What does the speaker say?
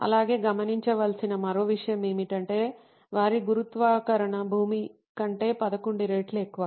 అలాగే గమనించవలసిన మరో విషయం ఏమిటంటే వారి గురుత్వాకర్షణ భూమి కంటే 11 రెట్లు ఎక్కువ